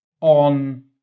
on